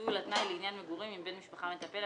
ביטול התנאי לעניין מגורים עם בן משפחה מטפל),